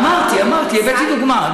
אמרתי, אמרתי, הבאתי דוגמה.